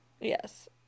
yes